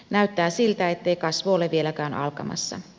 näyttää siltä ettei kasvu ole vieläkään alkamassa